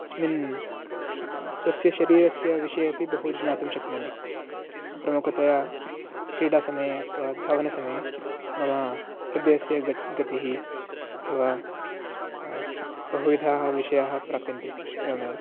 अस्मिन् स्वस्य शरीरस्य विषये अपि बहु ज्ञातुं शक्नोमि प्रमुखतया क्रीडा समये अथवा धावनसमये मम हृदयस्य ग गतिः अथवा बहुविधाः विषयाः प्राप्यन्ते एवमेव